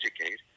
educate